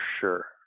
sure